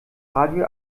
radio